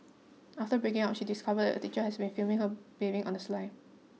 after breaking up she discovered the teacher has been filming her bathing on the sly